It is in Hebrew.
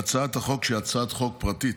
בהצעת החוק, שהיא הצעת חוק פרטית